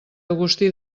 agustí